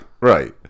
right